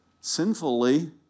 sinfully